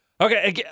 Okay